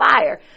fire